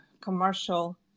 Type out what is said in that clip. commercial